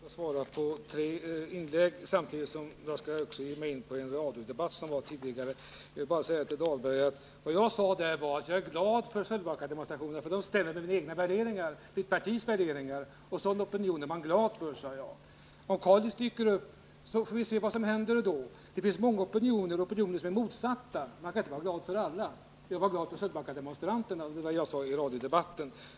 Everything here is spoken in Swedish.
Herr talman! Det är inte lätt att svara på tre inlägg samtidigt som jag också skall ge mig in på en tidigare radiodebatt. Till Rolf Dahlberg vill jag bara säga att jag i radiodebatten uttalade att jag var glad över Sölvbackademonstrationen, eftersom den överensstämde med mitt partis värderingar. Jag sade att man är glad över sådana opinioner. Om Kalix dyker upp får vi se vad som händer då. Det finns många opinioner och många motsatta opinioner. Man kan inte vara glad över alla, men jag var glad över opinionen bland Sölvbackademonstranterna — det var alltså vad jag uttalade i radiodebatten.